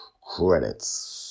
credits